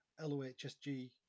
LOHSG